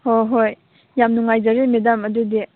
ꯍꯣꯏ ꯍꯣꯏ ꯌꯥꯝ ꯅꯨꯡꯉꯥꯏꯖꯔꯦ ꯃꯦꯗꯥꯝ ꯑꯗꯨꯗꯤ